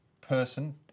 person